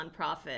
nonprofit